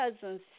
cousin's